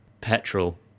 petrol